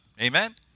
Amen